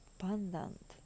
abundant